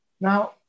Now